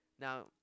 Now